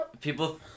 people